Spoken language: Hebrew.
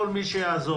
כל מי שיעזור,